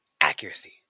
Accuracy